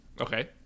Okay